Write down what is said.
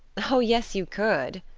oh, yes you could!